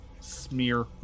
smear